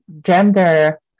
gender